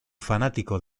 fanático